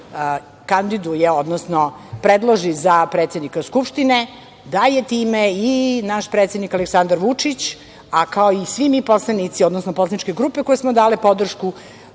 kandiduje, odnosno predloži za predsednika Skupštine, da je time i naš predsednik Aleksandar Vučić, kao i svi mi poslanici, odnosno poslaničke grupe koje smo dale podršku,